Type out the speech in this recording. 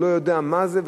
והוא לא יודע מה זה,